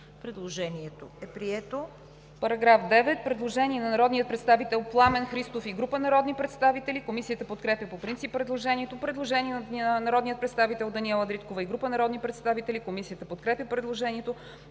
Предложението е прието.